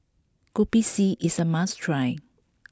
Kopi C is a must try